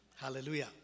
Hallelujah